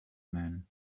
men